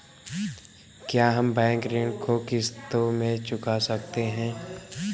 क्या हम बैंक ऋण को किश्तों में चुका सकते हैं?